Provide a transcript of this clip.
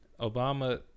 Obama